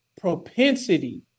propensity